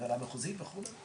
הוועדה המחוזית וכו'?